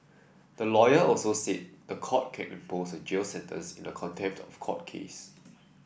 the lawyer also said the court can impose a jail sentence in a contempt of court case